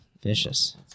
Vicious